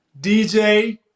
DJ